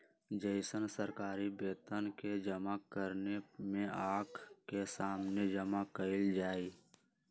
जैसन सरकारी वेतन के जमा करने में आँख के सामने जमा कइल जाहई